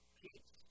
peace